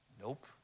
Nope